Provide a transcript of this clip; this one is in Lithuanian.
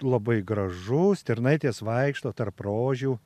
labai gražu stirnaitės vaikšto tarp rožių